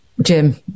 Jim